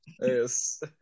Yes